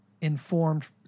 informed